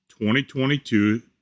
2022